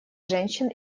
женщин